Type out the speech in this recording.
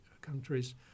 countries